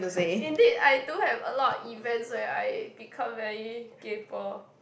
indeed I do have a lot of events eh I become very kaypo